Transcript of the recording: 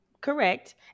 correct